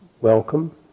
welcome